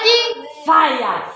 Fire